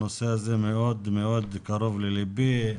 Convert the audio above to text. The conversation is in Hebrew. הנושא הזה מאוד מאוד קרוב לליבי.